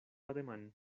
ademán